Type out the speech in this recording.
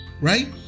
right